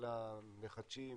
כל המחדשים,